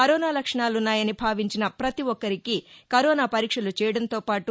corona లక్షణాలున్నాయని భావించిన పతి ఒక్కరికి కరోనా పరీక్షలు చేయడంతో పాటు